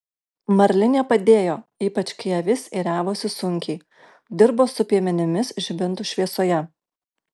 marlinė padėjo ypač kai avis ėriavosi sunkiai dirbo su piemenimis žibintų šviesoje